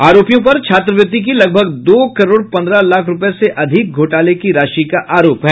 आरोपियों पर छात्रवृत्ति की लगभग दो करोड़ पन्द्रह लाख रूपये से अधिक घोटाले की राशि का आरोप है